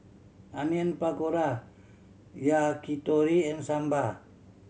Onion Pakora Yakitori and Sambar